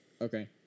Okay